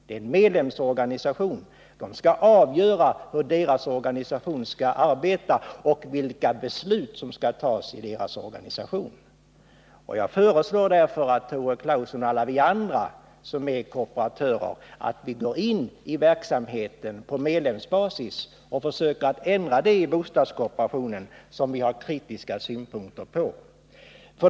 Det är en medlemsorganisation, där medlemmarna själva skall avgöra hur deras organisation skall arbeta och vilka beslut som skall fattas i deras organisation. Jag föreslår därför att Tore Claeson och alla vi andra som är kooperatörer går in i verksamheten på medlemsbasis och försöker att ändra det i bostadskooperationen som vi har kritiska synpunkter på.